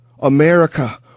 America